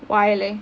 why leh